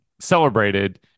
celebrated